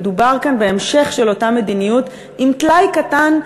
מדובר כאן בהמשך של אותה מדיניות עם טלאי קטן,